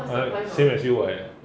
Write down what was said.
like same as you [what]